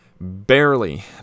barely